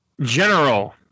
General